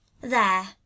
There